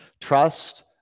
Trust